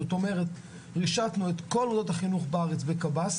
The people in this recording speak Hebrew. זאת אומרת רישתנו את כל מוסדות החינוך בקב"ס,